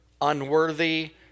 unworthy